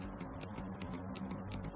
എന്നത് ഏറ്റവും പുതിയ ഒന്നാണ്